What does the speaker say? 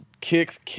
kicks